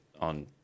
on